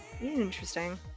Interesting